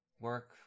work